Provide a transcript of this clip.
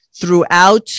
throughout